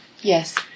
Yes